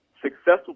Successful